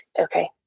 Okay